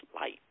light